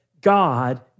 God